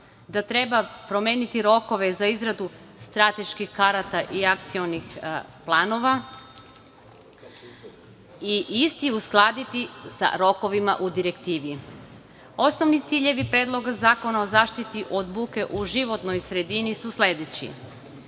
da treba promeniti rokove za izradu strateških karata i akcionih planova i isti uskladiti sa rokovima u Direktivi. Osnovni ciljevi Predloga zakona o zaštiti od buke u životnoj sredini su sledeći: